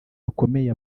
hakomeye